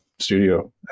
studio